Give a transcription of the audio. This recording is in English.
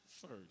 first